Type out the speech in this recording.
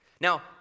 Now